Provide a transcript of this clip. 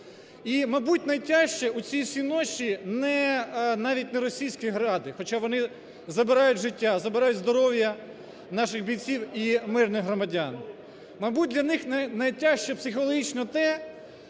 І мабуть найтяжче у цій всій ноші навіть не російські "Гради", хоча вони забирають життя, забирають здоров'я наших бійців і мирних громадян. Мабуть для них найтяжче психологічно те,